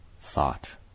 Thought